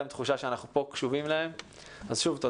כדי שאני אוכל להתחיל לעבוד פה כמו שצריך,